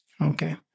Okay